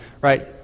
right